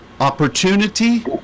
opportunity